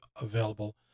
available